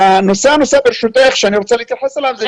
הנושא הנוסף שאני רוצה להתייחס אליו זה עניין השירות.